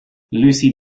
lucy